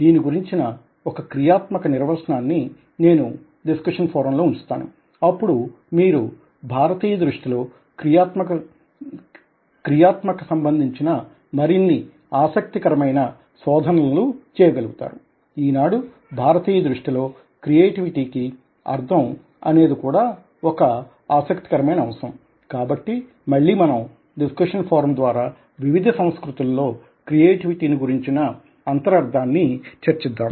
దీని గురించిన ఒక క్రియాత్మక నిర్వచనాన్ని నేను డిస్కషన్ ఫోరంలో ఉంచుతాను అప్పుడు మీరు భారతీయ దృష్టిలో క్రియాత్మకత సంబంధించిన మరిన్ని ఆసక్తికరమైన శోధనలను చేయగలుగుతారు ఈనాడు భారతీయ దృష్టిలో క్రియేటివిటీ కి అర్థం అనేది కూడా ఒక ఆసక్తి కరమైన అంశం కాబట్టి మళ్లీ మనం డిస్కషన్ ఫోరం ద్వారా వివిధ సంస్కృతులలో క్రియేటివిటీని గురించిన అంతరార్ధాన్ని చర్చిద్దాము